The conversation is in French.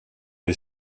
les